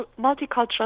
multicultural